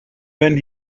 when